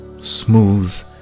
smooth